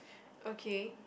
okay